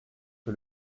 que